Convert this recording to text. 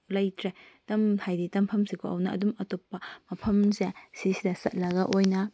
ꯂꯩꯇ꯭ꯔꯦ ꯍꯥꯏꯕꯗꯤ ꯇꯝꯐꯝꯁꯤꯀꯣ ꯑꯗꯨꯅ ꯑꯗꯨꯝ ꯑꯇꯣꯞꯄ ꯃꯐꯝꯁꯦ ꯑꯁꯤꯁꯤꯗ ꯆꯠꯂꯒ ꯑꯣꯏꯅ